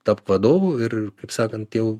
tapk vadovu ir kaip sakant jau